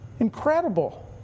Incredible